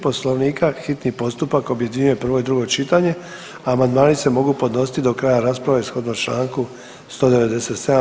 Poslovnika hitni postupak objedinjuje prvo i drugo čitanje, a amandmani se mogu podnositi do kraja rasprave shodno čl. 197.